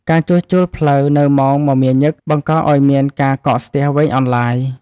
ការជួសជុលផ្លូវនៅម៉ោងមមាញឹកបង្កឱ្យមានការកកស្ទះវែងអន្លាយ។